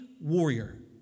warrior